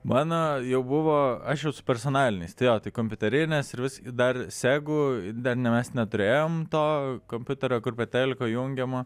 mano jau buvo aš jau su personaliniais tai jo tai kompiuterinės ir vis dar segų bet mes neturėjom to kompiuterio kur prie teliko jungiama